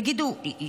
תגידו, השתגענו?